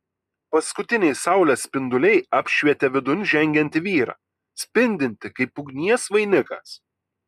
paskutiniai saulės spinduliai apšvietė vidun žengiantį vyrą spindintį kaip ugnies vainikas